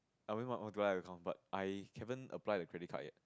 I already have account but I haven't apply the credit card yet